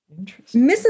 Mrs